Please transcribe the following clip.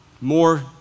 more